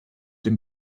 den